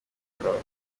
bamenye